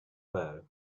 bow